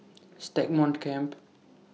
Stagmont Camp